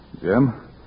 Jim